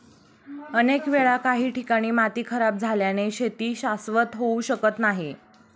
अनेक वेळा काही ठिकाणी माती खराब झाल्याने शेती शाश्वत होऊ शकत नाही